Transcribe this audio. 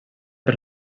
per